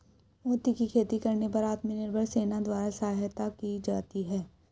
मोती की खेती करने पर आत्मनिर्भर सेना द्वारा सहायता की जाती है